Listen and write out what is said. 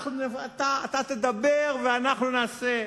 אתה תדבר ואנחנו נעשה.